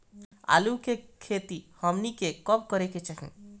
आलू की खेती हमनी के कब करें के चाही?